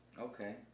Okay